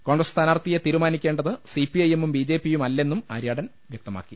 കോൺഗ്രസ് സ്ഥാനാർത്ഥിയെ തീരുമാനിക്കേണ്ടത് C P I എമ്മും ബി ജെപിയുമ ല്ലെന്നും ആര്യാടൻ പറഞ്ഞു